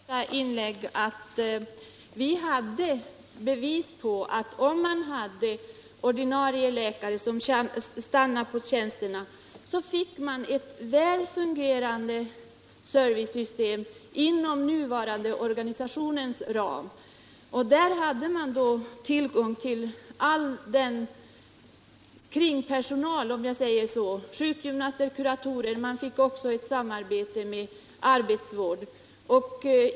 Herr talman! Jag sade i mitt första inlägg att vi hade bevis på att om man hade ordinarie läkare som stannade på tjänsterna skulle man få ett väl fungerande servicesystem inom den nuvarande organisationens ram. Där skulle man ha tillgång till all den kringpersonal — om jag får säga så — som behövs: sjukgymnaster, kuratorer osv. Man skulle också få samarbete med arbetsvården.